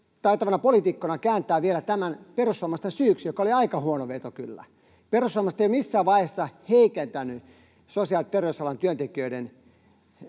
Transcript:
taitavana poliitikkona kääntää vielä tämän perussuomalaisten syyksi, joka oli kyllä aika huono veto. Perussuomalaiset ei ole missään vaiheessa pyrkinyt heikentämään sosiaali- ja terveysalan työntekijöiden